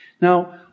Now